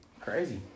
Crazy